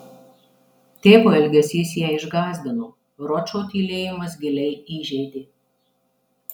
tėvo elgesys ją išgąsdino ročo tylėjimas giliai įžeidė